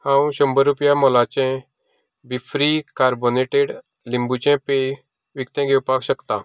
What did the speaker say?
हांव शंबर रुपया मोलाचें बीफ्री कार्बोनेटेड लिंबूचें पेय विकतें घेवपाक शकता